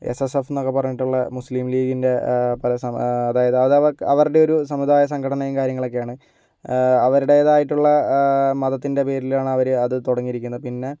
S S F എന്നൊക്കെ പറഞ്ഞിട്ടുള്ള മുസ്ലിംലീഗിൻ്റെ അത് അവരുടെ ഒരു സമുദായ സംഘടനയും കാര്യങ്ങളൊക്കെയാണ് അവർടേതായിട്ടുള്ള മതത്തിൻ്റെ പേരിലാണ് അവര് അത് തുടങ്ങീരിക്കുന്ന പിന്നെ